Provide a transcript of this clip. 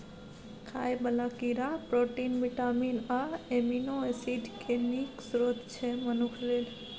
खाइ बला कीड़ा प्रोटीन, बिटामिन आ एमिनो एसिड केँ नीक स्रोत छै मनुख लेल